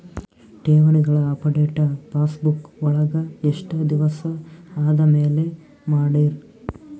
ಠೇವಣಿಗಳ update passbook ವಳಗ ಎಷ್ಟ ದಿವಸ ಆದಮೇಲೆ ಮಾಡ್ತಿರ್?